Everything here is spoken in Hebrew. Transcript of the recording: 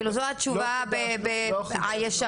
כאילו זו התשובה הישרה.